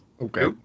Okay